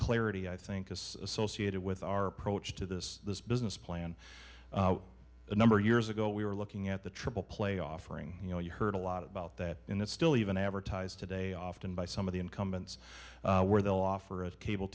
clarity i think is associated with our approach to this this business plan a number of years ago we were looking at the triple play offering you know you heard a lot about that in that still even advertise today often by some of the incumbents where they'll offer a cable